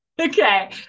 Okay